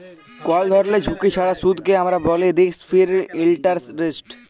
call ধরলের ঝুঁকি ছাড়া সুদকে আমরা ব্যলি রিস্ক ফিরি ইলটারেস্ট